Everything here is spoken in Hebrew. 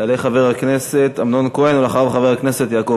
יעלה חבר הכנסת אמנון כהן, ואחריו, חבר הכנסת יעקב